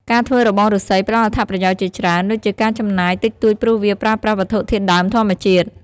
ការធ្វើរបងឬស្សីផ្តល់អត្ថប្រយោជន៍ជាច្រើន ដូចជាការចំណាយតិចតួចព្រោះវាប្រើប្រាស់វត្ថុធាតុដើមធម្មជាតិ។